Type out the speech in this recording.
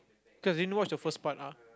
cause I didn't the watch the first part lah